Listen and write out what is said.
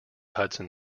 hudson